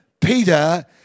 Peter